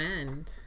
end